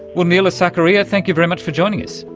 neela sakaria, thank you very much for joining us.